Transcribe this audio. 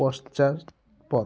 পশ্চাৎপদ